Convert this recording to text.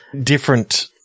different